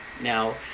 Now